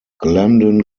glendon